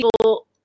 people